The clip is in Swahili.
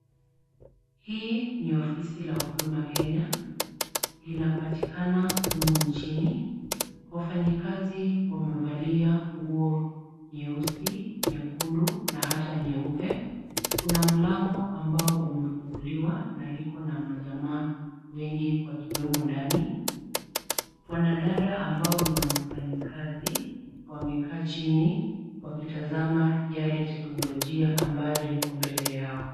Hii ni ofisi la Huduma Kenya. Linapatikana humu nchini. Wafanyikazi wamevalia nguo nyeusi, nyekundu na hata nyeupe. Kuna mlango ambao umefunguliwa na liko na majamaa wengi wakiwemo ndani. Wanadada ambao ni wafanyikazi, wamekaa chini wakitazama yale teknolojia ambayo liko mbele yao.